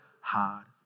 hard